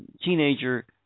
teenager